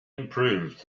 improves